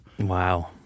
Wow